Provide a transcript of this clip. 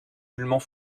nullement